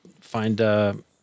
find